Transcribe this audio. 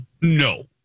No